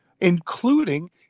including